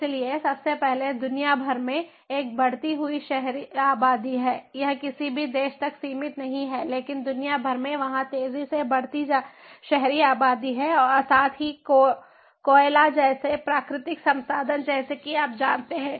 इसलिए सबसे पहले दुनिया भर में एक बढ़ती हुई शहरी आबादी है यह किसी भी देश तक सीमित नहीं है लेकिन दुनिया भर में वहाँ तेजी से बढ़ती शहरी आबादी है और साथ ही कोयला जैसे प्राकृतिक संसाधन जैसे कि आप जानते हैं